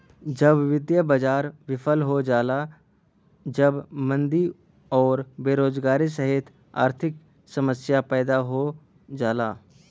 जब वित्तीय बाजार विफल हो जाला तब मंदी आउर बेरोजगारी सहित आर्थिक समस्या पैदा हो जाला